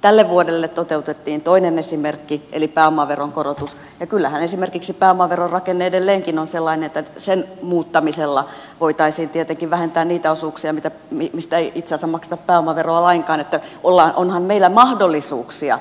tälle vuodelle toteutettiin toinen esimerkki eli pääomaveron korotus ja kyllähän esimerkiksi pääomaveron rakenne edelleenkin on sellainen että sen muuttamisella voitaisiin tietenkin vähentää niitä osuuksia mistä ei itse asiassa makseta pääomaveroa lainkaan niin että onhan meillä mahdollisuuksia